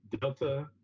delta